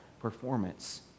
performance